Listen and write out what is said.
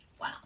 Wow